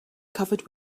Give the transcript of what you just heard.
covered